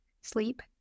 sleep